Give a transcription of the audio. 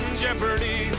jeopardy